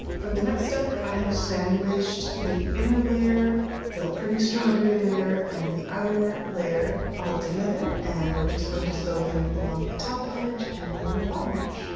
for the next step i have sandwiched the inner layer the pretty strawberry layer and the outer layer all together and we're just going to sew them along the top edge and along the bottom edge.